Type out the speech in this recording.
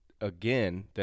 again